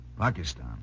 Pakistan